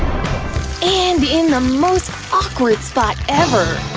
and in the most awkward spot ever.